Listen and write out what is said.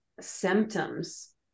symptoms